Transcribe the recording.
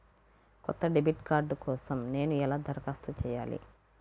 కొత్త debit card కోసం నేను ఎలా దరఖాస్తు చేయాలి?